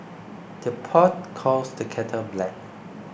the pot calls the kettle black